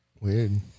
Weird